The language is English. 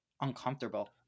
uncomfortable